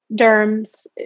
derms